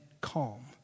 calm